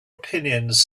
opinions